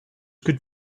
could